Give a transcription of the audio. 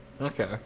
Okay